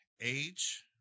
Age